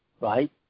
right